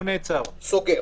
הוא סוגר.